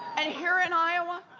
and here in iowa,